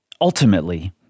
ultimately